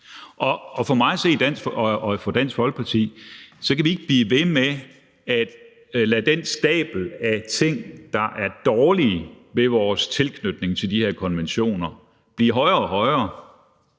mig at se og for Dansk Folkeparti at se kan vi ikke blive ved med at lade den stabel af ting, der er dårlige ved vores tilknytning til de her konventioner, blive højere og højere,